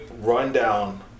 rundown